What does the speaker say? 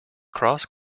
cross